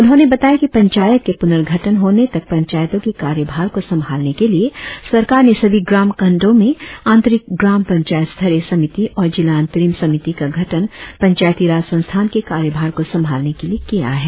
उन्होंने बताया कि पंचायत के पुर्णगठन होने तक पंचायतों के कार्यभार को संभालने के लिए सरकार ने सभी ग्राम खंडो में अंतरिम ग्राम पंचायत स्तरीय समिति और जिला अंतरिम समिति का गठन पंचायती राज संस्थान के कार्यभार को संभालने के लिए किया है